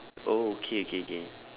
oh okay okay okay